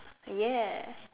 ya